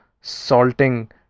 salting